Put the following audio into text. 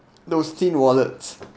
those thin wallets